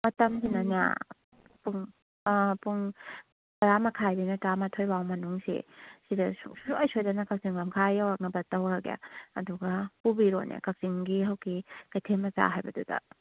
ꯃꯇꯝꯁꯤꯅꯅꯦ ꯄꯨꯡ ꯄꯨꯡ ꯇꯔꯥ ꯃꯈꯥꯏꯗꯩꯅ ꯇꯔꯥ ꯃꯥꯊꯣꯏ ꯐꯥꯎ ꯃꯅꯨꯡꯁꯦ ꯁꯤꯗ ꯁꯨꯡꯁꯣꯏ ꯁꯣꯏꯗꯅ ꯀꯛꯆꯤꯡ ꯂꯝꯈꯥꯏ ꯌꯧꯔꯛꯅꯕ ꯇꯧꯔꯒꯦ ꯑꯗꯨꯒ ꯄꯨꯕꯤꯔꯣꯅꯦ ꯀꯛꯆꯤꯡꯒꯤ ꯍꯧꯖꯤꯛꯀꯤ ꯀꯩꯊꯦꯜ ꯃꯆꯥ ꯍꯥꯏꯕꯗꯨꯗ